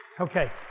okay